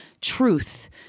truth